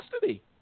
custody